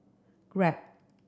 Grab